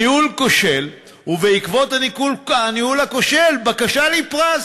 ניהול כושל, ובעקבות הניהול הכושל בקשה לפרס.